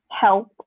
help